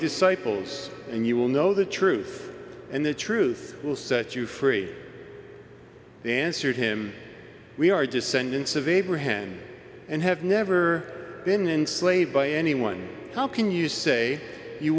disciples and you will know the truth and the truth will set you free answered him we are descendants of abraham and have never been in slaves by anyone how can you say you